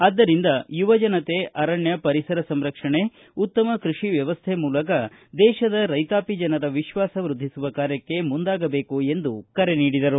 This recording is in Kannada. ಆದ್ದರಿಂದ ಯುವಜನತೆ ಅರಣ್ಯ ಪರಿಸರ ಸಂರಕ್ಷಣೆ ಉತ್ತಮ ಕೃಷಿ ವ್ಯವಸ್ಥೆ ಮೂಲಕ ದೇಶದ ರೈತಾಪಿ ಜನರ ವಿಶ್ವಾಸ ವೃದ್ಧಿಸುವ ಕಾರ್ಯಕ್ಕೆ ಮುಂದಾಗಬೇಕು ಎಂದು ಕರೆ ನೀಡಿದರು